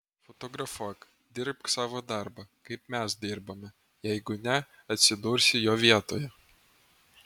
fotografuok dirbk savo darbą kaip mes dirbame jeigu ne atsidursi jo vietoje